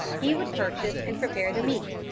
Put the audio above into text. he would purchase and prepare the meat,